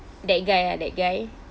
that guy uh that guy